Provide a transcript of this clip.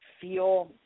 feel